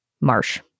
Marsh